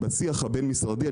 בשיח הבין-משרדי,